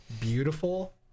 beautiful